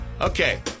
Okay